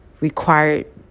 required